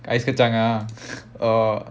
ice kacang ah oh